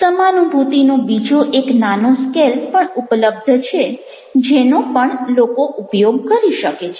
સમાનુભૂતિનો બીજો એક નાનો સ્કેલ પણ ઉપલબ્ધ છે જેનો પણ લોકો ઉપયોગ કરી શકે છે